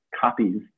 copies